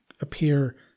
appear